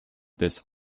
this